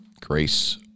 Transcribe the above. Grace